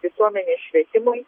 visuomenės švietimui